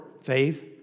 faith